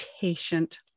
patient